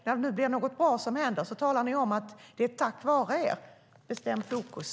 När det är något bra som händer talar ni om att det är tack vare er. Bestäm fokus!